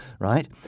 Right